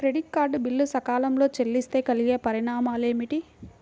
Credit card bill సకాలంలో చెల్లిస్తే కలిగే పరిణామాలేమిటి?